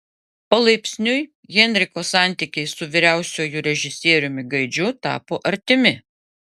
palaipsniui henriko santykiai su vyriausiuoju režisieriumi gaidžiu tapo artimi